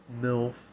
MILF